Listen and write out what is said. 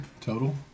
total